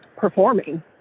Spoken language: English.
performing